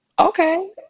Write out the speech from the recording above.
okay